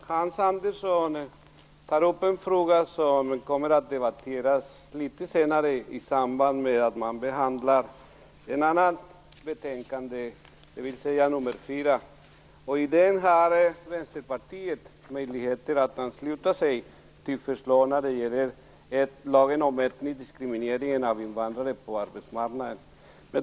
Fru talman! Hans Andersson tar upp en fråga som kommer att debatteras litet senare i samband med behandlingen av ett annat betänkande, nämligen AU4. Då har Vänsterpartiet möjligheter att ansluta sig till förslag när det gäller lagen om etnisk diskriminering av invandrare på arbetsmarknaden.